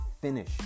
finish